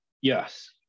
yes